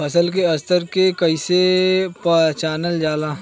फसल के स्तर के कइसी पहचानल जाला